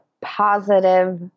positive